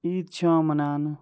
عیٖد چھِ یِوان مَناونہٕ